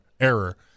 error